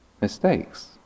mistakes